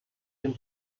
dem